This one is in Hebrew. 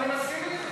אבל אני מסכים אתך.